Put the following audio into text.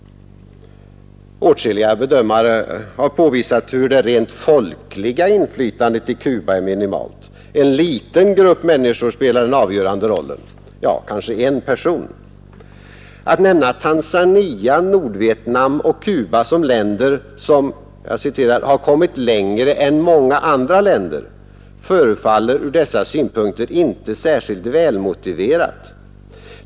Åtskilliga bedömare har påvisat att det rent folkliga inflytandet i Cuba är minimalt. En liten grupp människor spelar den avgörande rollen — ja, kanske en person. Att nämna Tanzania, Nordvietnam och Cuba som länder som ”har kommit längre än många andra länder” förefaller ur dessa synpunkter inte särskilt välmotiverat.